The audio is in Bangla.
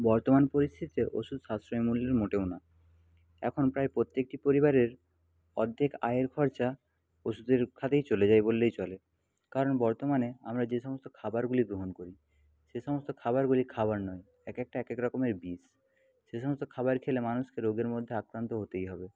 বর্তমান পরিস্থিতিতে ওষুধ সাশ্রয় মূল্য মোটেও না এখন প্রায় প্রত্যেকটি পরিবারের অর্ধেক আয়ের খরচা ওষুধের খাতেই চলে যায় বললেই চলে কারণ বর্তমানে আমরা যে সমস্ত খাবারগুলি গ্রহণ করি সে সমস্ত খাবারগুলি খাবার নয় একেকটা একেক রকমের বিষ সে সমস্ত খাবার খেলে মানুষকে রোগের মধ্যে আক্রান্ত হতেই হবে